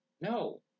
no